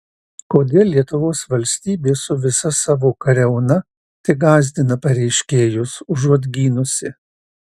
kodėl lietuvos valstybė su visa savo kariauna tik gąsdina pareiškėjus užuot gynusi